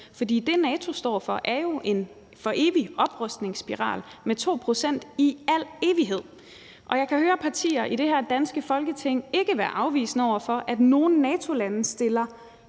For det, som NATO står for, er jo en oprustningsspiral med 2 pct. i al evighed, og jeg kan høre partier i det her danske Folketing ikke være afvisende over for, at nogle NATO-lande stiller